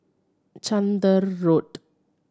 Chander Road